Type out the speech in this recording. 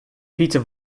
peter